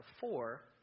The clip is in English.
four